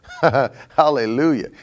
Hallelujah